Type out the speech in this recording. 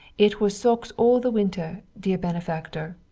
it was socks all the winter, dear benefactor,